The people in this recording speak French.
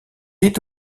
est